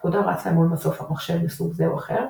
הפקודה רצה מול מסוף מחשב מסוג זה או אחר,